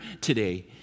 today